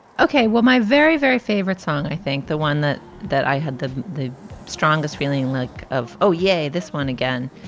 ok, well, my very, very favorite song. i think the one that that i had the the strongest feeling, lack like of oh, yay. this one, again,